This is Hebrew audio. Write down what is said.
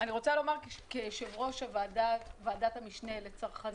אני רוצה לומר כיושבת-ראש ועדת המשנה לצרכנות,